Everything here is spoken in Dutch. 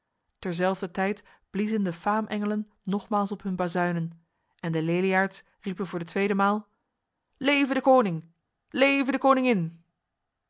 terzelfder tijd bliezen de faamengelen nogmaals op hun bazuinen en de leliaards riepen voor de tweede maal leve de koning leve de koningin